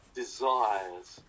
desires